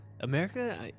America